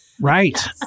Right